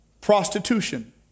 prostitution